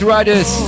Riders